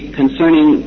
concerning